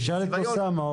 תשאל את אוסאמה.